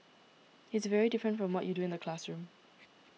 it's very different from what you do in the classroom